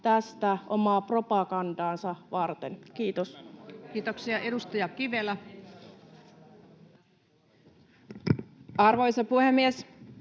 tästä omaa propagandaansa varten. — Kiitos. Kiitoksia. — Edustaja Kivelä. Arvoisa puhemies!